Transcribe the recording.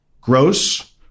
Gross